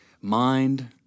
mind